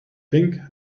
pink